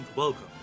Welcome